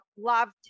loved